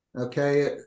Okay